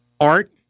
Art